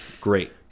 Great